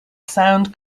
sound